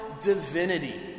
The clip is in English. divinity